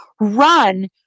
run